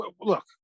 look